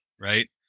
right